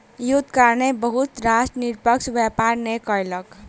युद्धक कारणेँ बहुत राष्ट्र निष्पक्ष व्यापार नै कयलक